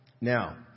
Now